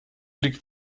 liegt